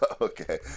Okay